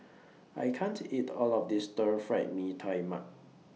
I can't eat All of This Stir Fried Mee Tai Mak